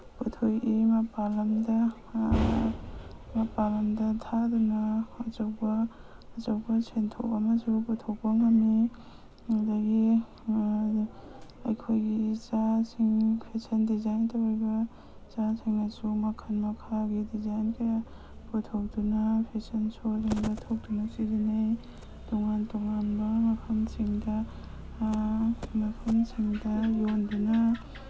ꯄꯨꯊꯣꯛꯏ ꯃꯄꯥꯜꯂꯝꯗ ꯃꯄꯥꯜꯂꯝꯗ ꯊꯥꯗꯨꯅ ꯑꯆꯧꯕ ꯑꯆꯧꯕ ꯁꯦꯟꯊꯣꯛ ꯑꯃꯁꯨ ꯄꯨꯊꯣꯛꯄ ꯉꯝꯃꯤ ꯑꯗꯒꯤ ꯑꯩꯈꯣꯏꯒꯤ ꯏꯆꯥꯁꯤꯡ ꯐꯦꯁꯟ ꯗꯤꯖꯥꯏꯟ ꯇꯧꯔꯤꯕ ꯏꯆꯥꯁꯤꯡꯅꯁꯨ ꯃꯈꯜ ꯃꯈꯥꯒꯤ ꯗꯤꯖꯥꯏꯟ ꯀꯌꯥ ꯄꯨꯊꯣꯛꯇꯨꯅ ꯐꯦꯁꯟ ꯁꯣꯒꯨꯝꯕ ꯊꯣꯛꯇꯨꯅ ꯁꯤꯖꯤꯟꯅꯩ ꯇꯣꯉꯥꯟ ꯇꯣꯉꯥꯟꯕ ꯃꯐꯝꯁꯤꯡꯗ ꯃꯐꯝꯁꯤꯡꯗ ꯌꯣꯟꯗꯨꯅ